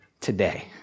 today